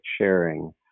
sharing